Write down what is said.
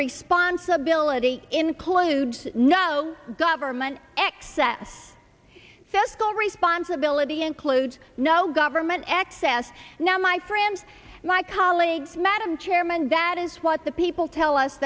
responsibility includes no government excess fiscal responsibility includes no government excess now my friends my colleagues madam chairman that is what the people tell us